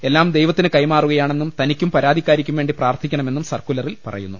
എല്ലാം ദൈവത്തിന് കൈമാറുകയാണെന്നും തനിക്കും പരാതിക്കാരിക്കുംവേണ്ടി പ്രാർത്ഥിക്കണമെന്നും സർക്കുലറിൽ പറയുന്നു